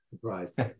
surprised